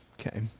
Okay